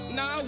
Now